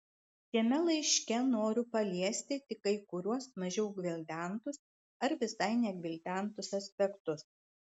šiame laiške noriu paliesti tik kai kuriuos mažiau gvildentus arba visai negvildentus aspektus